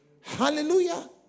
Hallelujah